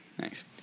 Thanks